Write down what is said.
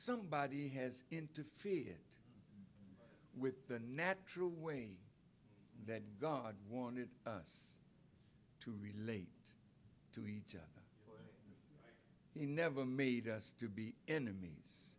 somebody has interfered with the natural way that god wanted us to relate to each other he never made us to be enemies